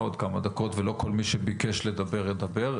עוד כמה דקות ולא כל מי שביקש לדבר ידבר,